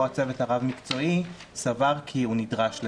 או הצוות הרב מקצועי סבר כי אותו אדם נדרש לזה.